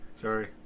sorry